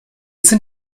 sind